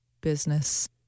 business